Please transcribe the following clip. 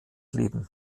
leben